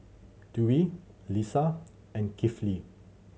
Dwi Lisa and Kifli